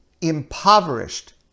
impoverished